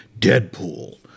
Deadpool